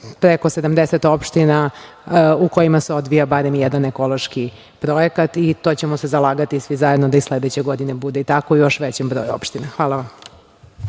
preko 70 opština u kojima se odvija barem jedan ekološki projekat i to ćemo se zalagati svi zajedno da i sledeće godine bude tako i u još većem broju opština. Hvala vam.